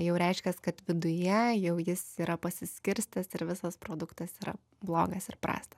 jau reiškias kad viduje jau jis yra pasiskirstęs ir visas produktas yra blogas ir prastas